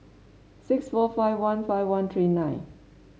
six four five one five one three nine